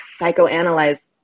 psychoanalyze